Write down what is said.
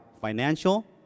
financial